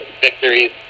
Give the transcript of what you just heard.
victories